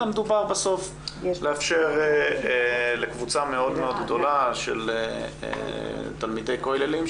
אלא מדובר בסוף לאפשר לקבוצה מאוד גדולה של תלמידי כוללים.